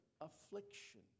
affliction